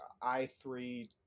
i3